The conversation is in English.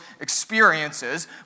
experiences